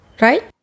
right